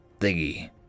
thingy